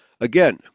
Again